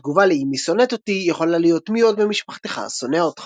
והתגובה ל"אימי שונאת אותי" יכולה להיות "מי עוד במשפחתך שונא אותך?"